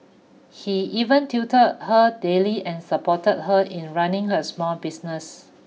he even tutored her daily and supported her in running her small business